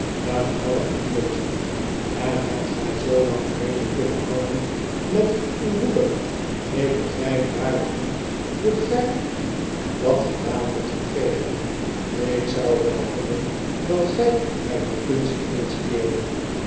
een half uurtje en hebt gij zoolang vrede kunnen houden met uw moeder ik begrijp waarlijk niet hoe gij dat gedaan hebt gekregen ik zou wel willen dat gij mij dat kunstje eens leerdet